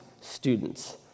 students